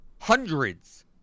hundreds